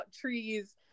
trees